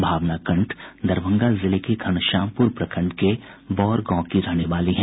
भावना कंठ दरभंगा जिले के घनश्यामपुर प्रखंड के बौर गांव की रहने वाली हैं